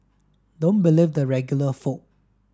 don't believe the regular folk